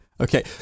Okay